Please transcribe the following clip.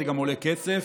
זה גם עולה כסף,